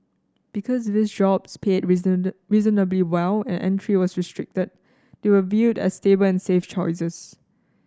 because these jobs paid reasonably well and entry was restricted they were viewed as stable and safe choices